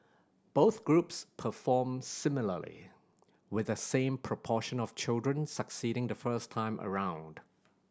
both groups performed similarly with the same proportion of children succeeding the first time around